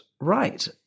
right